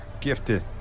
gifted